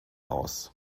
aus